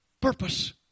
purpose